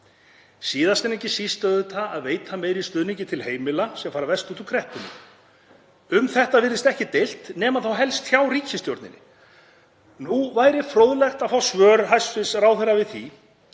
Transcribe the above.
Síðast en ekki síst auðvitað að veita meiri stuðning til heimila sem fara verst út úr kreppunni. Um þetta virðist ekki deilt nema þá helst hjá ríkisstjórninni. Nú væri fróðlegt að fá svör hæstv. ráðherra við því